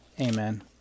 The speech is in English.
Amen